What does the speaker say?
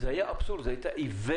זה היה אבסורד, זאת הייתה איוולת.